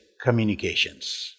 communications